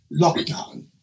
lockdown